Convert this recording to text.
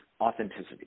authenticity